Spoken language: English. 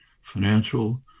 financial